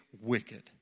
wicked